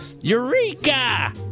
Eureka